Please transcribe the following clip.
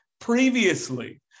Previously